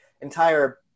entire